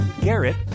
Garrett